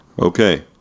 Okay